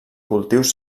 cultius